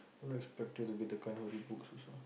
don't expect you to be the kind who read books also